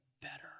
better